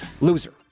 loser